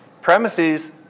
premises